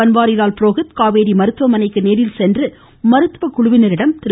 பன்வாரிலால் புரோஹித் காவேரி மருத்துவமனைக்கு நேரில் சென்று மருத்துவக்குழுவினரிடம் திரு